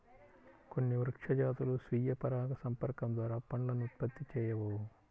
కొన్ని వృక్ష జాతులు స్వీయ పరాగసంపర్కం ద్వారా పండ్లను ఉత్పత్తి చేయవు